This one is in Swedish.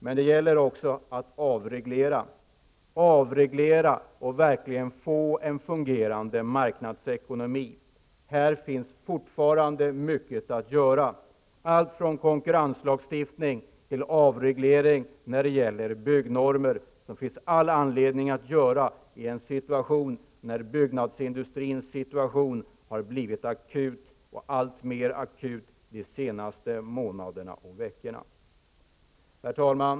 Men det gäller också att avreglera och verkligen få en fungerande marknadsekonomi. Här finns fortfarande mycket att göra, allt från konkurrenslagstiftning till byggnormer. Det finns all anledning att göra detta när byggnadsindustrins situation blivit akut och alltmer akut de senaste månaderna och veckorna. Herr talman!